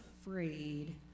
afraid